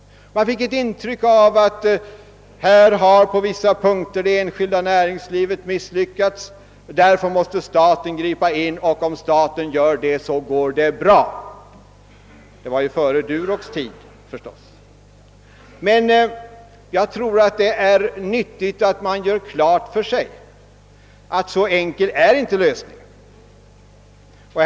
Man fick ett intryck av att det enskilda näringslivet hade misslyckats på vissa punkter, och därför måste staten gripa in; om staten gör det, går det bra — det var före Duroxw?” tid. Jag tror det är nyttigt att man gör klart för sig att lösningen inte är så enkel.